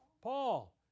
Paul